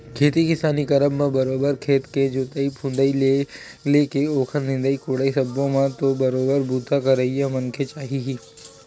खेती किसानी करब म बरोबर खेत के जोंतई फंदई ले लेके ओखर निंदई कोड़ई सब्बो म तो बरोबर बूता करइया मनखे चाही ही